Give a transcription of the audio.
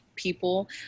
people